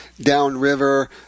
downriver